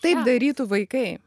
taip darytų vaikai